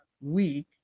week